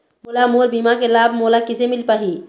मोला मोर बीमा के लाभ मोला किसे मिल पाही?